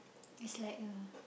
is like a